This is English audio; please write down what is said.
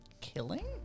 killing